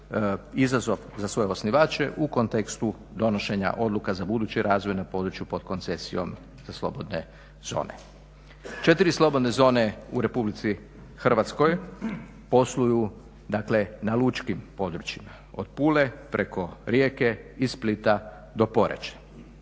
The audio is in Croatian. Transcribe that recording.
izazov za svoje osnivače u kontekstu donošenja odluka za buduća razvojna područja pod koncesijom za slobodne zone. Četiri slobodne zone u Republici Hrvatskoj posluju dakle na lučkim područjima, od Pule preko Rijeke i Splita do Poreča.